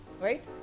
right